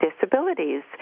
disabilities